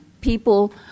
people